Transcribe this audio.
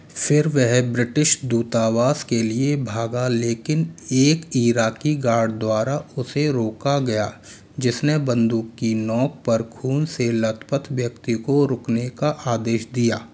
फिर वह ब्रिटिश दूतावास के लिए भागा लेकिन एक इराकी गार्ड द्वारा उसे रोका गया जिसने बंदूक की नोक पर खून से लथपथ व्यक्ति को रुकने का आदेश दिया